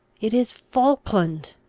it is falkland!